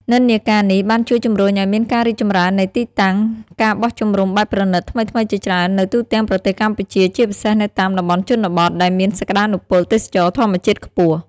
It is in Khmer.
និន្នាការនេះបានជួយជំរុញឲ្យមានការរីកចម្រើននៃទីតាំង ការបោះជំរំបែបប្រណីត ថ្មីៗជាច្រើននៅទូទាំងប្រទេសកម្ពុជា ជាពិសេសនៅតាមតំបន់ជនបទ ដែលមានសក្តានុពលទេសចរណ៍ធម្មជាតិខ្ពស់។